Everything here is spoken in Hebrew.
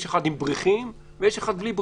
יש אחד עם בריחים ויש אחר בלי בריחים.